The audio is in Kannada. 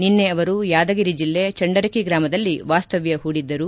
ನಿನ್ನೆ ಅವರು ಯಾದಗಿರಿ ಜಿಲ್ಲೆ ಚಂಡರಕಿ ಗ್ರಾಮದಲ್ಲಿ ವಾಸ್ತವ್ಯ ಹೂಡಿದ್ದರು